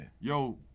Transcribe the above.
Yo